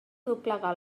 doblegar